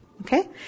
Okay